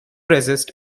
resist